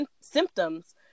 symptoms